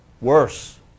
Worse